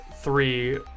three